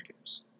games